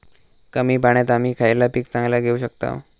कमी पाण्यात आम्ही खयला पीक चांगला घेव शकताव?